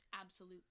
absolute